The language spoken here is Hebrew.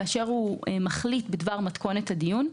כאשר הוא מחליט בדבר מתכונת הדיון.